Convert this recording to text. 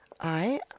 I